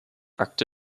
akte